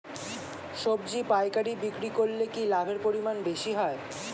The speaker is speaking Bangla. সবজি পাইকারি বিক্রি করলে কি লাভের পরিমাণ বেশি হয়?